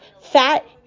Fat